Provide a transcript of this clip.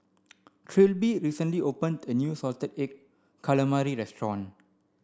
Trilby recently opened a new salted egg calamari restaurant